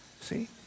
See